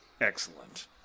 Excellent